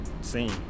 scene